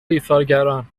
ایثارگران